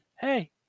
hey